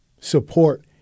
support